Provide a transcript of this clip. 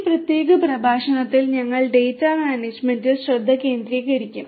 ഈ പ്രത്യേക പ്രഭാഷണത്തിൽ ഞങ്ങൾ ഡാറ്റ മാനേജുമെന്റിൽ ശ്രദ്ധ കേന്ദ്രീകരിക്കും